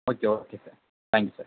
okay okay sir thanks sir